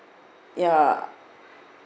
ya